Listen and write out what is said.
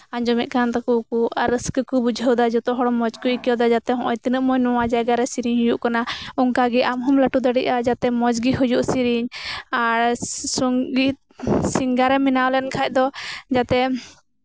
ᱟᱸᱡᱚᱢᱮᱛ ᱠᱟᱱ ᱛᱟᱠᱚ ᱟᱠᱚ ᱟᱨ ᱨᱟᱹᱥᱠᱟᱹ ᱠᱚ ᱵᱩᱡᱷᱟᱹᱣ ᱮᱫᱟ ᱡᱚᱛᱚ ᱦᱚᱲ ᱢᱚᱸᱡᱽ ᱠᱚ ᱟᱹᱭᱠᱟᱹᱣᱫᱟ ᱡᱟᱛᱮ ᱱᱚᱜ ᱚᱭ ᱛᱤᱱᱟᱹᱜ ᱢᱚᱸᱡᱽ ᱱᱚᱶᱟ ᱡᱟᱭᱜᱟᱨᱮ ᱥᱮᱨᱮᱧ ᱦᱩᱭᱩᱜ ᱠᱟᱱᱟ ᱚᱱᱠᱟᱜᱮ ᱟᱢ ᱦᱚᱢ ᱞᱟᱹᱴᱩ ᱫᱟᱲᱮᱭᱟᱜᱼᱟ ᱡᱟᱛᱮ ᱢᱚᱸᱡᱽᱜᱮ ᱦᱩᱭᱩᱜ ᱥᱮᱨᱮᱧ ᱟᱨ ᱥᱚᱝᱜᱤᱛ ᱥᱤᱝᱜᱟᱨ ᱮᱢ ᱡᱟᱛᱮ